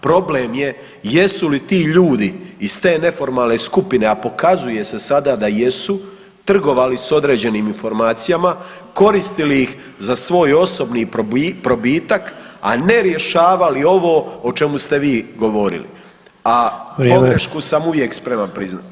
Problem je jesu li ti ljudi iz te neformalne skupine a pokazuje se sada da jesu trgovali s određenim informacijama, koristili ih za svoj osobni probitak a ne rješavali ovo o čemu ste vi govorili, a [[Upadica: Vrijeme.]] pogrešku sam uvijek spreman priznati.